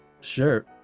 sure